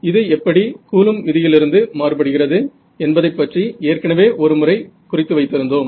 இது எப்படி கூலும்ப் விதியிலிருந்து Coulombs law மாறுபடுகிறது என்பதைப் பற்றி ஏற்கனவே ஒரு முறை குறித்து வைத்திருந்தோம்